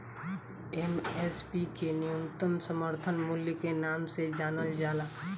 MSP के न्यूनतम समर्थन मूल्य के नाम से जानल जाला